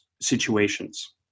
situations